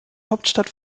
hauptstadt